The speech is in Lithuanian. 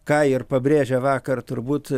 ką ir pabrėžia vakar turbūt